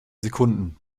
sekunden